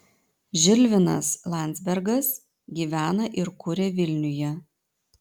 žilvinas landzbergas gyvena ir kuria vilniuje